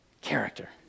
character